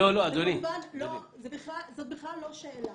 זאת בכלל לא שאלה.